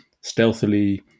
stealthily